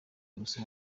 gusoma